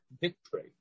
victory